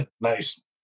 nice